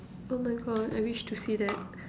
oh my God I wish to see that